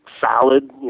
solid